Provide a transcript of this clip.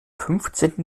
fünfzehnten